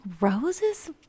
rose's